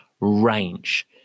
range